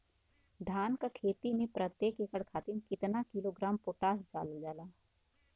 धान क खेती में प्रत्येक एकड़ खातिर कितना किलोग्राम पोटाश डालल जाला?